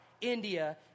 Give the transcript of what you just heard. India